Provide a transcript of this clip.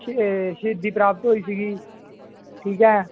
ਸ਼ ਸ਼ਹੀਦੀ ਪ੍ਰਾਪਤ ਹੋਈ ਸੀਗੀ ਠੀਕ ਹੈ